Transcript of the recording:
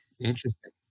Interesting